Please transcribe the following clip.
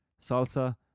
salsa